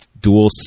dual